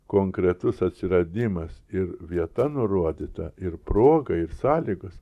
konkretus atsiradimas ir vieta nurodyta ir proga ir sąlygos